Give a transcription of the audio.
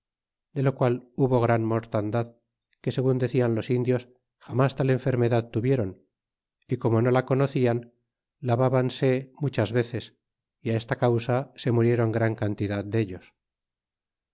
de lo qual hubo gran mortandad que en su tiempo y lugar y volvamos ahora al narsegun decían los indios jamas tal enfermedad tuviéron y como no la conocian lavábanse muchas veces y esta causa se muriéron gran cantidad dellos